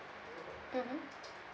mmhmm